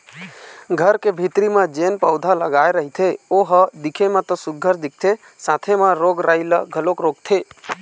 घर के भीतरी म जेन पउधा लगाय रहिथे ओ ह दिखे म तो सुग्घर दिखथे साथे म रोग राई ल घलोक रोकथे